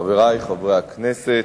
חברי חברי הכנסת,